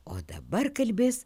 o dabar kalbės